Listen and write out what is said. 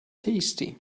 tasty